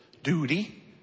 Duty